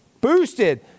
Boosted